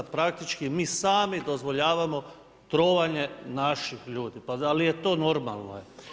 Praktički mi sami dozvoljavamo trovanje naših ljudi pa da li je to normalno?